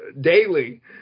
daily